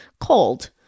cold